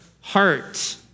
heart